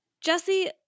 Jesse